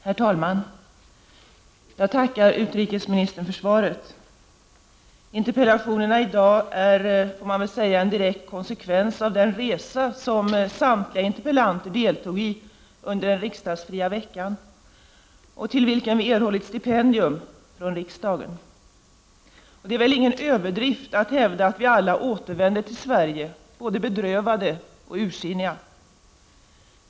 Herr talman! Jag tackar utrikesministern för svaret. De interpellationer som i dag besvaras är en direkt konsekvens av den resa som samtliga interpellanter deltog i under den sammanträdesfria veckan och till vilken vi erhållit stipendium från riksdagen. Det är ingen överdrift att hävda att vi alla återvände till Sverige både bedrövade och ursinniga.